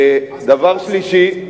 דבר שלישי,